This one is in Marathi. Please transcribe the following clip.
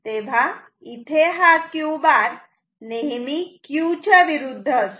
तेव्हा इथे हा Q बार नेहमी Q च्या विरुद्ध असतो